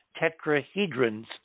tetrahedrons